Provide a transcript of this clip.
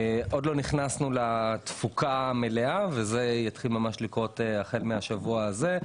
עוד לא נכנסנו לתפוקה המלאה וזה יתחיל לקרות החל מהשבוע הזה.